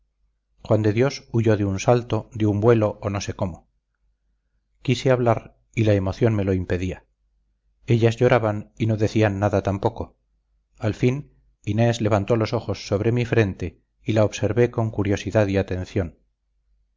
de dios huyó de un salto de un vuelo o no sé cómo quise hablar y la emoción me lo impedía ellas lloraban y no decían nada tampoco al fin inés levantó los ojos sobre mi frente y la observé con curiosidad y atención